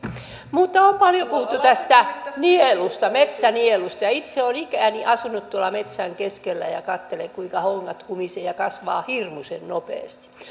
on paljon puhuttu tästä metsänielusta itse olen ikäni asunut tuolla metsän keskellä ja ja katsellut kuinka hongat humisevat ja kasvavat hirmuisen nopeasti